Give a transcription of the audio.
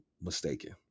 mistaken